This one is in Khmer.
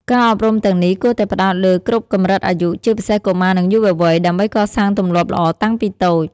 ការអប់រំទាំងនេះគួរតែផ្តោតលើគ្រប់កម្រិតអាយុ ជាពិសេសកុមារនិងយុវវ័យ ដើម្បីកសាងទម្លាប់ល្អតាំងពីតូច។